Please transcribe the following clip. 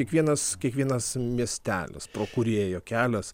kiekvienas kiekvienas miestelis pro kurį ėjo kelias